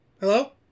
Hello